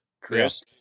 Chris